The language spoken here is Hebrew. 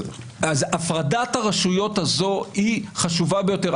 הפרדת הרשויות הזאת היא חשובה ביותר.